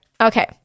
Okay